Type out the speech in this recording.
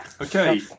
okay